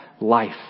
life